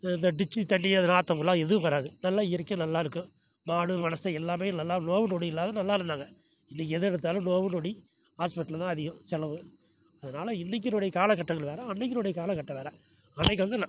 இந்த டிச்சு தண்ணி அந்த நாத்தமெல்லாம் எதுவும் வராது நல்லா இயற்கையாக நல்லா இருக்கும் மாடு மனுசன் எல்லாமே நல்லா நோவு நொடி இல்லாத நல்லா இருந்தாங்கள் இன்னைக்கு எது எடுத்தாலும் நோவு நொடி ஹாஸ்ப்பிட்லு தான் அதிகம் செலவு அதனால் இன்றைக்கினுடைய காலகட்டங்கள் வேற அன்றைக்கினுடைய காலகட்டம் வேற அன்னைக்கு வந்து நான்